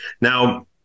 Now